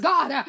God